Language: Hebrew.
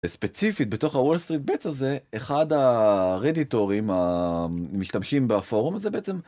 וספציפית בתוך הוולסטרית בטס הזה אחד הרדיטורים המשתמשים בפורום הזה בעצם.